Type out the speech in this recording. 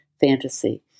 fantasy